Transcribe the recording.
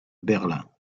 berlin